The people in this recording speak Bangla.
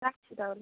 রাখছি তাহলে